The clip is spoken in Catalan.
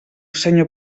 senyor